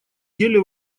деле